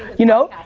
you know.